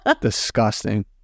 Disgusting